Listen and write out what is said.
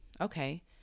Okay